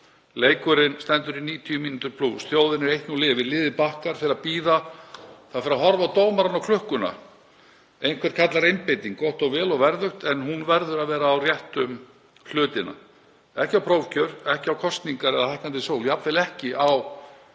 Leikurinn stendur í 90 mínútur plús. Þjóðin er 1:0 yfir, liðið bakkar, fer að bíða, fer að horfa á dómarann og klukkuna. Einhver kallar: Einbeiting. Gott og vel og verðugt. En hún verður að vera á réttu hlutina; ekki á prófkjör, ekki á kosningar eða hækkandi sól, jafnvel ekki á